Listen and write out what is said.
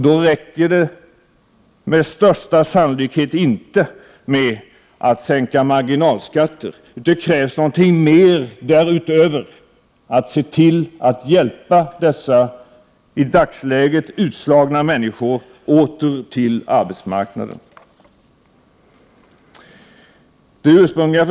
Då räcker det med största sannolikhet inte med att sänka marginalskatten, utan då krävs det någonting mer: att vi ser till att hjälpa dessa i dagsläget utslagna människor åter till arbetsmarknaden.